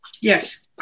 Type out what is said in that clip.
Yes